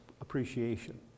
appreciation